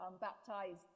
baptized